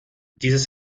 dieses